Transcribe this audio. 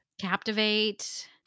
Captivate